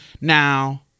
Now